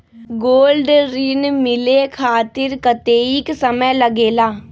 Gold ऋण मिले खातीर कतेइक समय लगेला?